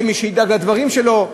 יהיה מי שידאג לדברים שלו,